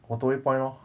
waterway point lor